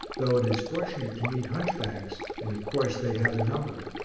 though it is fortunate to meet hunchbacks, and of course they have a number,